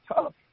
tough